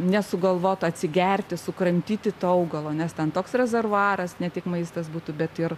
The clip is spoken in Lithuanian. nesugalvotų atsigerti sukramtyti to augalo nes ten toks rezervuaras ne tik maistas būtų bet ir